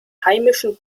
heimischen